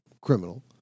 criminal